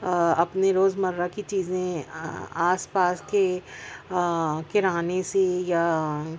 اپنے روز مرہ کی چیزیں آ آس پاس کے کرانے سے یا